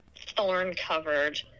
thorn-covered